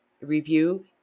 review